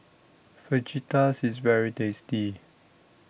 Fajitas IS very tasty